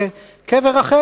וקבר רחל,